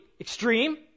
extreme